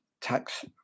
tax